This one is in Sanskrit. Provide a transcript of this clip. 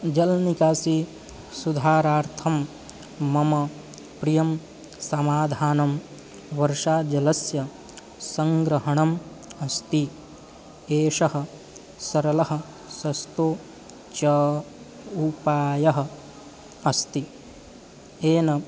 जल्निकासी सुधारणार्थं मम प्रियं समाधानं वर्षाजलस्य सङ्ग्रहणम् अस्ति एषः सरलः सस्तो च उपायः अस्ति येन